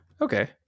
okay